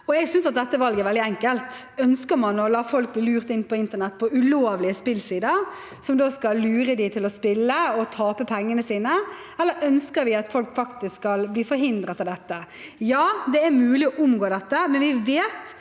Jeg synes at dette valget er veldig enkelt. Ønsker man å la folk bli lurt inn på internett, inn på ulovlige spillsider som lurer dem til å spille og tape pengene sine, eller ønsker man at folk skal bli forhindret fra dette? Ja, det er mulig å omgå det, men vi vet